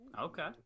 Okay